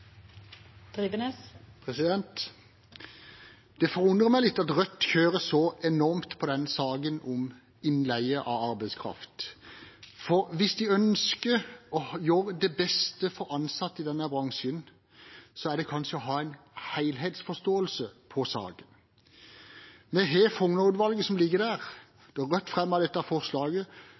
Det forundrer meg litt at Rødt kjører så enormt på denne saken om innleie av arbeidskraft, for hvis de ønsker å gjøre det beste for de ansatte i denne bransjen, gjør de det kanskje ved å ha en helhetsforståelse av saken. Vi har utredningen fra Fougner-utvalget. Da Rødt fremmet dette forslaget,